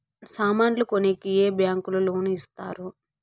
సామాన్లు కొనేకి ఏ బ్యాంకులు లోను ఇస్తారు?